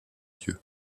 dieu